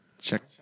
check